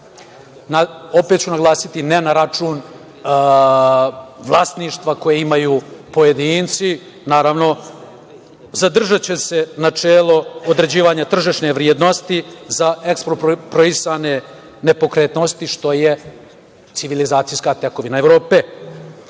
opet ću naglasiti, ne na račun vlasništva koje imaju pojedinci, naravno zadržaće se načelo određivanja tržišne vrednosti za eksproprisane nepokretnosti što je civilizacijska tekovina Evrope. Čini